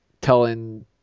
telling